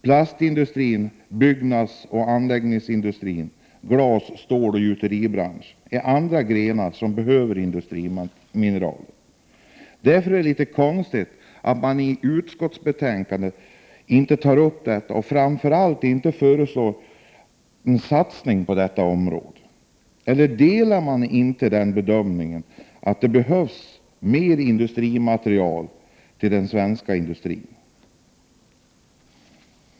Plastindustrin, byggnadsoch anläggningsindustrin, glas-, ståloch gjuteribranschen är andra grenar som behöver industrimineraler. Därför är det litet konstigt att man i utskottsbetänkandet inte tar upp detta och framför allt att man inte föreslår en satsning på detta område. Eller delar utskottet inte bedömningen att det behövs mer industrimineraler till den svenska industrin?